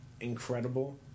incredible